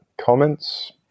Comments